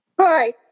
Hi